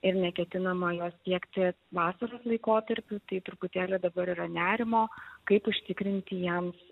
ir neketinama jos siekti vasaros laikotarpiu tai truputėlį dabar yra nerimo kaip užtikrinti jiems